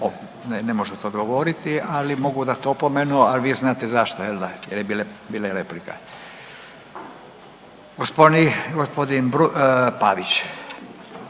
ne možete odgovoriti ali mogu dati opomenu, a vi znate zašto. Jel'da? Jer bila je replika. Gospodin Pavić.